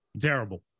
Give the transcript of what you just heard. Terrible